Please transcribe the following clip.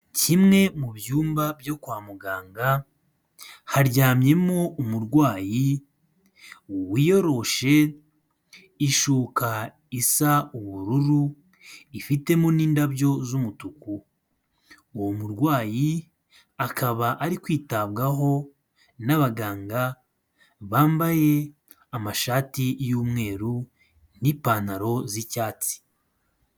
Kimwe mu byumba byo kwa muganga haryamyemo umurwayi wiyoroshe ishuka isa ubururu, ifitemo n'indabyo z'umutuku. Uwo murwayi akaba ari kwitabwaho n'abaganga bambaye amashati y'umweru n'ipantaro z'icyatsi.